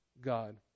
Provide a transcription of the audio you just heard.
God